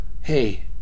hey